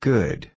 Good